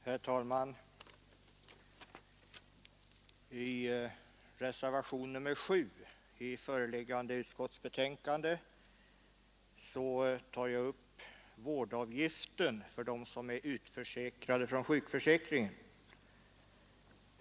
Herr talman! I reservationen 7 till föreliggande utskottsbetänkande tar jag upp vårdavgiften för dem som är utförsäkrade från sjukförsäkringen.